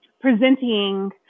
presenting